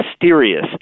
mysterious